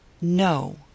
No